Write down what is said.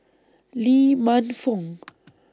Lee Man Fong